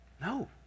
No